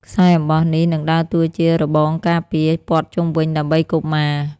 ខ្សែអំបោះនេះនឹងដើរតួជា របងការពារ ព័ទ្ធជុំវិញដើម្បីកុមារ។